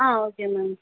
ah okay ma'am